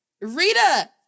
Rita